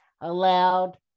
allowed